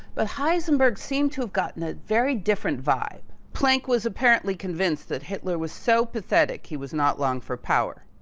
but heisenberg seemed to have gotten a very different vibe. planck was apparently convinced that hitler was so pathetic. he was not long for power.